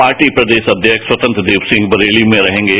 party प्रदेश अध्यक्ष स्वतंत्र देव सिंह बरेली में रहेंगे